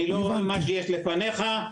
אני יכול להמתיק איתך סוד?